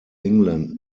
england